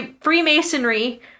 Freemasonry